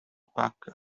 pack